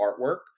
artwork